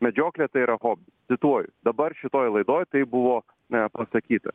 medžioklė tai yra hobis cituoju dabar šitoj laidoj tai buvo na pasakyta